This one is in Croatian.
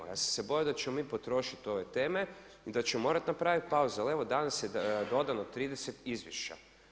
Ja sam se bojao da ćemo mi potrošiti ove teme i da ćemo morati napraviti pauzu, ali evo danas je dodano 30 izvješća.